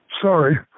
Sorry